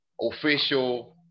official